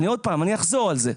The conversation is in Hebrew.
שוב, אני אחזור על זה.